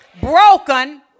broken